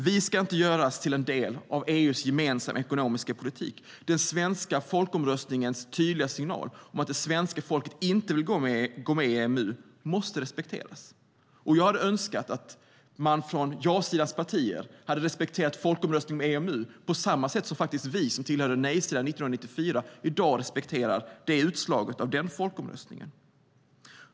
Vi ska inte göras till en del av EU:s gemensamma ekonomisk politik. Den svenska folkomröstningens tydliga signal om att svenska folket inte vill gå med i EMU måste respekteras. Jag hade önskat att man från ja-sidans partier hade respekterat folkomröstningen om EMU på samma sätt som vi som hörde till nej-sidan 1994 i dag respekterar utslaget i den folkomröstningen.